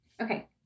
Okay